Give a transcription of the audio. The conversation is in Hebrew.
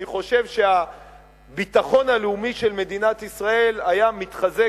אני חושב שהביטחון הלאומי של מדינת ישראל היה מתחזק